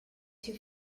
too